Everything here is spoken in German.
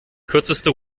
kürzeste